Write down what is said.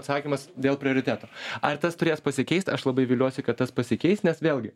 atsakymas dėl prioriteto ar tas turės pasikeist aš labai viliuosi kad tas pasikeis nes vėlgi